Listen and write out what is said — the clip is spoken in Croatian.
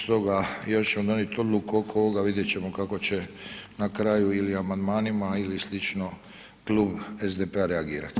Stoga, još ćemo donijeti odluku oko ovoga, vidjeti ćemo kako će na kraju ili amandmanima ili slično Klub SDP-a reagirati.